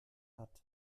hat